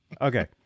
Okay